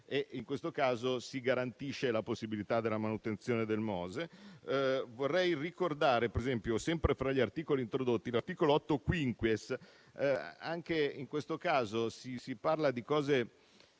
In questo caso si garantisce la possibilità della manutenzione del MOSE. Vorrei ricordare, sempre fra gli articoli introdotti, l'articolo 8-*quinques*. Anche in questo caso si parla di cose